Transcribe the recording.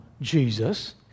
Jesus